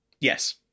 Yes